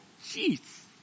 jeez